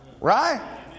Right